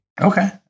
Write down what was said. okay